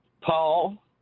Paul